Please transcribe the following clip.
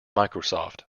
microsoft